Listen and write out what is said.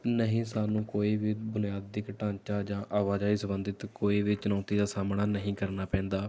ਨਹੀਂ ਸਾਨੂੰ ਕੋਈ ਵੀ ਬੁਨਿਆਦਿਕ ਢਾਂਚਾ ਜਾਂ ਆਵਾਜਾਈ ਸਬੰਧਿਤ ਕੋਈ ਵੀ ਚੁਣੌਤੀ ਦਾ ਸਾਹਮਣਾ ਨਹੀਂ ਕਰਨਾ ਪੈਂਦਾ